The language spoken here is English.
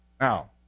Now